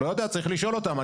לא יודע, צריך לשאול אותם.